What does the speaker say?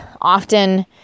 often